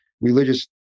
religious